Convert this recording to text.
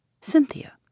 Cynthia